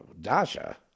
Dasha